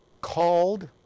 called